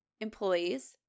employees